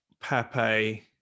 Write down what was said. Pepe